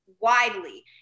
widely